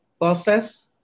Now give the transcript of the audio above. process